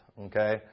Okay